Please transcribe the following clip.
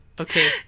Okay